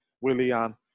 Willian